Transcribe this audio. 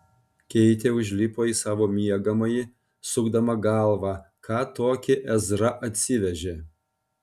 keitė užlipo į savo miegamąjį sukdama galvą ką tokį ezra atsivežė